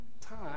time